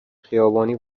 خیابانی